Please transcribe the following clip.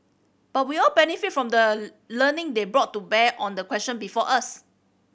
but we all benefited from the learning they brought to bear on the question before us